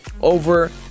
over